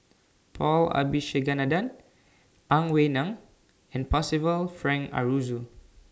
Paul Abisheganaden Ang Wei Neng and Percival Frank Aroozoo